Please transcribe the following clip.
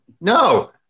No